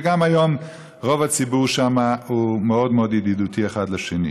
וגם היום רוב הציבור שם הוא מאוד מאוד ידידותי אחד לשני.